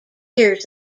years